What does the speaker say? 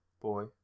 Boy